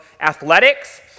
athletics